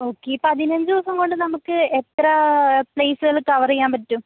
okay ഈ പതിനഞ്ച് ദിവസം കൊണ്ട് നമുക്ക് എത്ര പ്ലേസുകള് കവറ് ചെയ്യാൻ പറ്റും